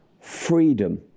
freedom